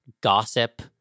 gossip